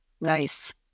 nice